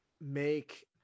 make